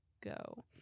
go